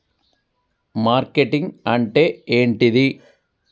Marketing అంటే ఏంటిది?